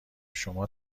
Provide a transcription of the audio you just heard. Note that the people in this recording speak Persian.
شما